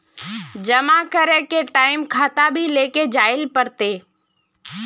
जमा करे के टाइम खाता भी लेके जाइल पड़ते?